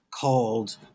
called